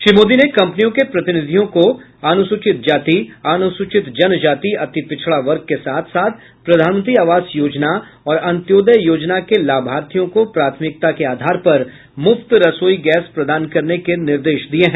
श्री मोदी ने कंपनियों के प्रतिनिधियों को अनुसूचित जाति अनुसूचित जनजाति अति पिछड़ा वर्ग के साथ साथ प्रधानमंत्री आवास योजना और अंत्योदय योजना के लाभार्थियों को प्राथमिकता के आधार पर मुफ्त रसोई गैस प्रदान करने के निर्देश दिये हैं